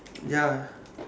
ya